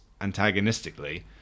antagonistically